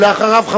ולאחריו,